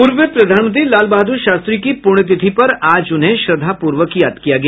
पूर्व प्रधानमंत्री लाल बहादुर शास्त्री की पुण्यतिथि पर आज उन्हें श्रद्धापूर्वक याद किया गया